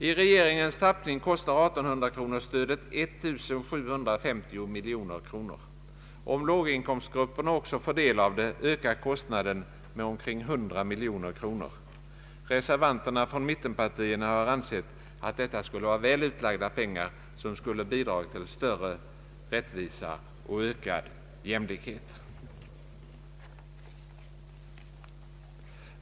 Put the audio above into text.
I regeringens tappning kostar 1 800 kronorstödet 1 750 miljoner kronor. Om låginkomstgrupperna också skulle få del av det ökar kostnaden med omkring 100 miljoner kronor. Reservanterna från mittenpartierna har ansett att detta skulle vara väl använda pengar, som skulle bidra till större rättvisa och ökad jämlikhet.